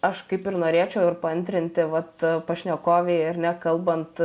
aš kaip ir norėčiau ir paantrinti vat pašnekovei ar ne kalbant